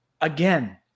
again